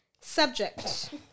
Subject